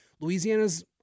Louisiana's